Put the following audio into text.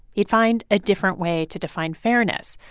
he'd find a different way to define fairness.